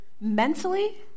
mentally